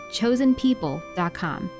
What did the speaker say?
chosenpeople.com